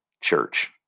church